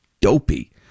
dopey